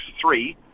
three